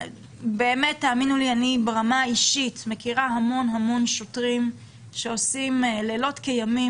אני מכירה ברמה האישית המון שוטרים שעושים לילות כימים,